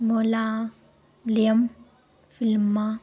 ਮਲਿਆਲਮ ਫ਼ਿਲਮਾਂ